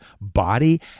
body